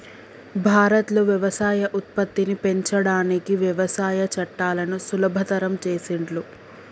భారత్ లో వ్యవసాయ ఉత్పత్తిని పెంచడానికి వ్యవసాయ చట్టాలను సులభతరం చేసిండ్లు